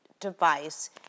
device